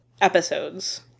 episodes